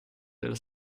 della